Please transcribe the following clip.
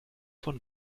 von